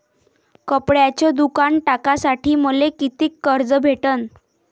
कपड्याचं दुकान टाकासाठी मले कितीक कर्ज भेटन?